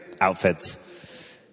outfits